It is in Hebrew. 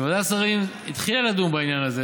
זה שוועדת השרים התחילה לדון בעניין הזה